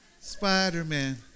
Spider-Man